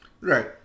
Right